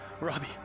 Robbie